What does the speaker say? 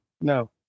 No